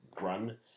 run